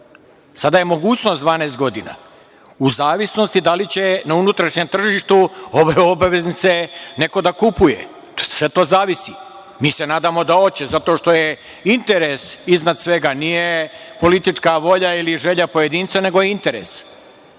sada je mogućnost 12 godina, u zavisnosti da li će na unutrašnjem tržištu ove obveznice neko da kupuje. Sve to zavisi. Mi se nadamo da hoće, zato što je interes iznad svega, nije politička volja ili želja pojedinca, nego je interes.